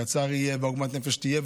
כי הצער יהיה ועוגמת הנפש תהיה,